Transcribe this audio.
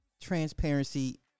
transparency